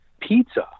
pizza